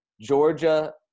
Georgia